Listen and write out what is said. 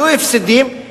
יהיו הפסדים,